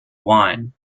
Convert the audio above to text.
wine